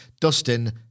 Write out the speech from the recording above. Dustin